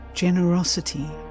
Generosity